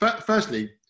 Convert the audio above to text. Firstly